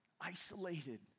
Isolated